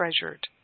treasured